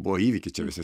buvo įvykis čia visi